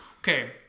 Okay